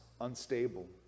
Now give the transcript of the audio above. unstable